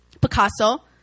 Picasso